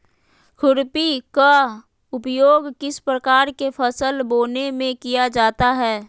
खुरपी का उपयोग किस प्रकार के फसल बोने में किया जाता है?